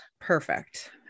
perfect